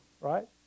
Right